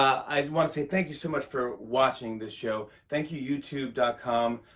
i want to say thank you so much for watching this show. thank you, youtube com.